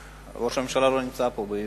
שראש הממשלה לא נמצא פה באי-אמון.